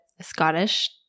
Scottish